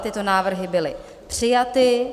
Tyto návrhy byly přijaty.